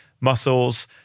muscles